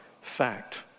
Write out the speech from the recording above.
fact